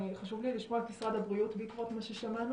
שיכולים להיות פערים בגלל טכנולוגיות שונות.